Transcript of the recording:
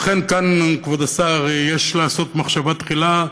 לכן, כאן, כבוד השר, יש לעשות מחשבה תחילה,